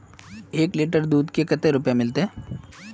एक लीटर दूध के कते रुपया मिलते?